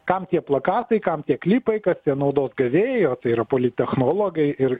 kam tie plakatai kam tie klipai kas tie naudos gavėjai o tai yra polittechnologai ir